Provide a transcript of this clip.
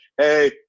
hey